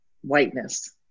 whiteness